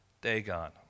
Dagon